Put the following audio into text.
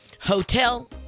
hotel